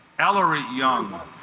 ellery young